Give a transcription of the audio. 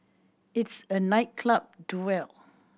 it's a night club duel